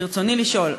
ברצוני לשאול: